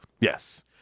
Yes